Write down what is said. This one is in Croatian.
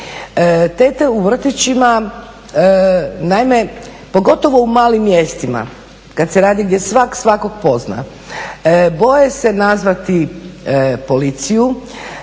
Tete u vrtićima naime pogotovo u malim mjestima gdje svak svakog pozna, boje se nazvati policiju,